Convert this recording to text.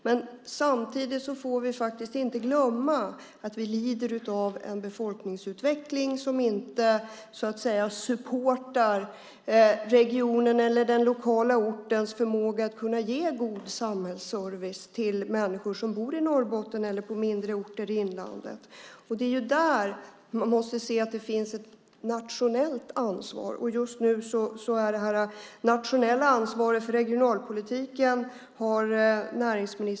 Men samtidigt får vi inte glömma att vi lider av en befolkningsutveckling som inte supportar regionens eller den lokala ortens förmåga att ge god samhällsservice till människor som bor i Norrbotten eller på mindre orter i inlandet. Det är där det måste finnas ett nationellt ansvar, och just nu har näringsminister Maud Olofsson det nationella ansvaret för regionalpolitiken.